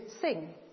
sing